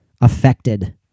affected